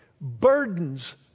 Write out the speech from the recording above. Burdens